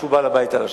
שהוא בעל הבית על השטח?